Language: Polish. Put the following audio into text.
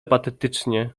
patetycznie